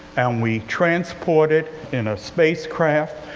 and we transport it in a spacecraft.